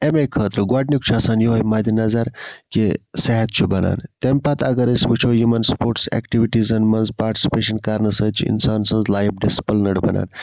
امے خٲطرٕ گۄڈنیُک چھُ آسان یِہوٚے مَدِ نَظر کہِ صحت چھُ بَنان تمہِ پَتہٕ اگر أسۍ وچھو یِمَن سپوٹس ایٚکٹِوِٹیٖزَن مَنٛز پاٹِسِپیشَن کَرنہٕ سۭتۍ اِنسان سٕنٛز لایف ڈِسپِلنٕڈ بَنان